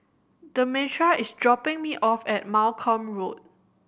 Demetra is dropping me off at Malcolm Road